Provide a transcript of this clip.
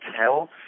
tell